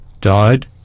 died